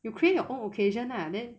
you create your own occasion lah then